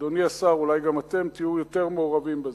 אדוני השר, אולי גם אתם תהיו יותר מעורבים בזה.